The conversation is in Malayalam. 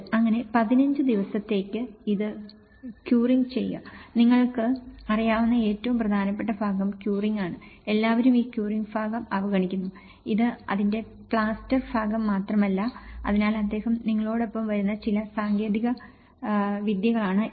അങ്ങനെ 15 ദിവസത്തേക്ക് ഇത് ക്യൂറിംഗ് ചെയ്യുക നിങ്ങൾക്ക് അറിയാവുന്ന ഏറ്റവും പ്രധാനപ്പെട്ട ഭാഗം ക്യൂറിംഗ് ആണ് എല്ലാവരും ഈ ക്യൂറിംഗ് ഭാഗം അവഗണിക്കുന്നു ഇത് അതിന്റെ പ്ലാസ്റ്റർ ഭാഗം മാത്രമല്ല അതിനാൽ അദ്ദേഹം നിങ്ങളോടൊപ്പം വരുന്ന ചില സാങ്കേതിക വിദ്യകളാണ് ഇവ